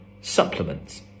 supplements